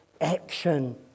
action